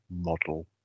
model